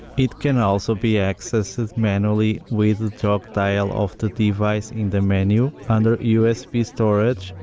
it can also be accessed manually with the jog-dial of the device in the menu under usb storage,